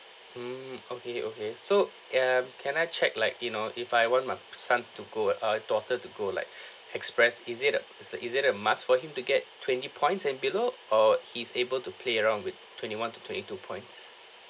mm okay okay so and can I check like you know if I want my son to go uh uh daughter to go like express is it a it's a is it a must for him to get twenty points and below or he's able to play around with twenty one to twenty two points